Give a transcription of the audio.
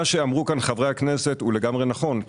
מה שאמרו כאן חברי הכנסת הוא לגמרי נכון.